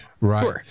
right